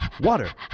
Water